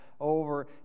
over